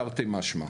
תרתי משמע.